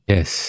Yes